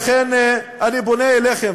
לכן אני פונה אליכם,